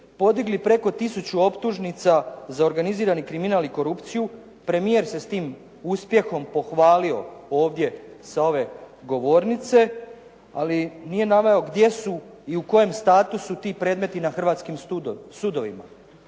podigli preko tisuću optužnica za organizirani kriminal i korupciju, premijer se s tim uspjehom pohvalio ovdje sa ove govornice, ali nije naveo gdje su i u kojem statusu ti predmeti na hrvatskim sudovima.